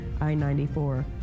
I-94